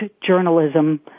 journalism